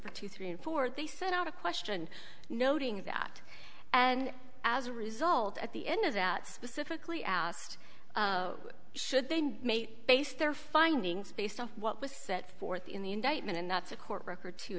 for two three and four they sent out a question noting that and as a result at the end of that specifically asked should they mate based their findings based on what was set forth in the indictment and that's a court record to